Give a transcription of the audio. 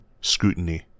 scrutiny